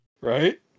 Right